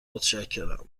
متشکرم